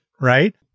right